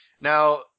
Now